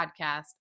podcast